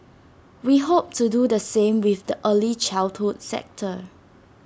we hope to do the same with the early childhood sector